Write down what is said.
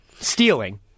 Stealing